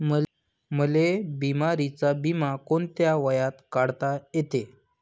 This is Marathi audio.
मले बिमारीचा बिमा कोंत्या वयात काढता येते?